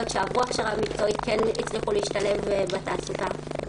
שעברו הכשרה מקצועית כן הצליחו להשתלב בתעסוקה.